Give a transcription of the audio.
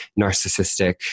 narcissistic